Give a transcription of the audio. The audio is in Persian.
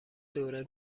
دوره